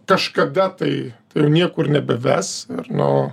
kažkada tai tai jau niekur nebeves nu